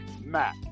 Matt